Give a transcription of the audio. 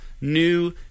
new